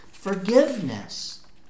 forgiveness